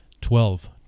Twelve